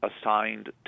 assigned